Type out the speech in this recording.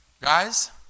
Guys